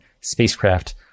spacecraft